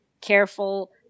careful